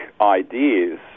ideas